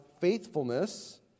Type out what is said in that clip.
faithfulness